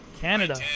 Canada